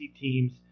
teams